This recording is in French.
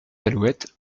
alouettes